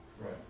Right